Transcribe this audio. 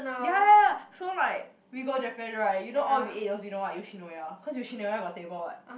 ya ya ya so like we go Japan right you know all we ate was you know what Yoshinoya cause Yoshinoya got table what